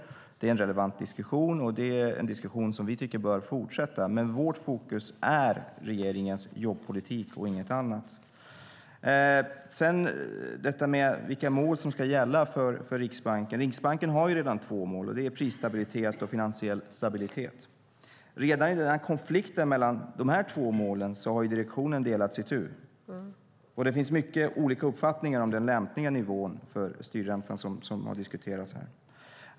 Det är en relevant diskussion, och det är en diskussion som vi tycker bör fortsätta. Men vårt fokus är regeringens jobbpolitik och inget annat. Sedan var det detta med vilka mål som ska gälla för Riksbanken. Riksbanken har redan två mål. Det är prisstabilitet och finansiell stabilitet. Redan i konflikten mellan de här två målen har direktionen delats itu, och det finns mycket olika uppfattningar om den lämpliga nivån för styrräntan, som har diskuterats här.